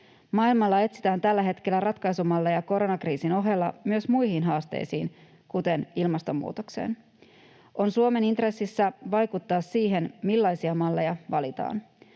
Maailmalla etsitään tällä hetkellä ratkaisumalleja koronakriisin ohella myös muihin haasteisiin, kuten ilmastonmuutokseen. On Suomen intressissä vaikuttaa siihen, millaisia malleja valitaan.